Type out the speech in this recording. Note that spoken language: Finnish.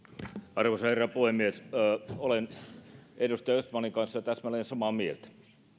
arvoisa herra puhemies olen edustaja östmanin kanssa täsmälleen samaa mieltä